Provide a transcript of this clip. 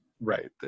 right